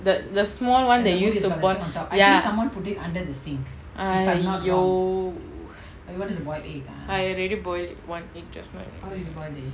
the the small one they use the pot ya !aiyo! I already boiled one egg just now already